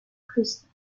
crystal